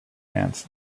ants